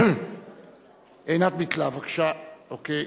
עינת ביטלה, אוקיי.